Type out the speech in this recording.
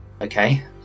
okay